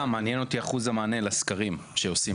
סתם, מעניין אותי אחוז המענה לסקרים שעושים.